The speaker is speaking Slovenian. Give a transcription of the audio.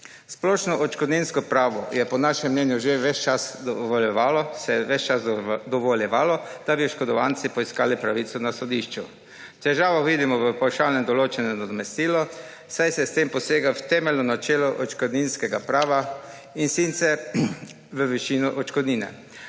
Splošno odškodninsko pravo je po našem mnenju že ves čas dovoljevalo, da bi oškodovanci poiskali pravico na sodišču. Težavo vidimo v pavšalno določenem nadomestilu, saj se s tem posega v temeljno načelo odškodninskega prava, in sicer v višino odškodnine.